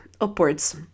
upwards